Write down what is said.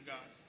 God